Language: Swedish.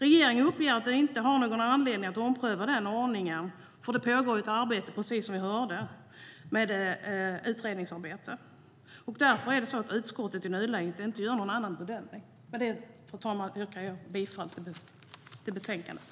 Regeringen uppger att den inte har någon anledning att ompröva den ordningen. Det pågår ju ett utredningsarbete, precis som vi hörde. Därför gör utskottet i nuläget inte någon annan bedömning. Med det, fru talman, yrkar jag bifall till förslaget i betänkandet.